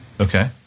Okay